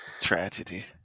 Tragedy